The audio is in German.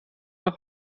nach